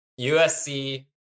USC